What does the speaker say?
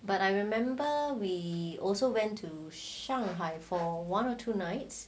but I remember we also went to shanghai for one or two nights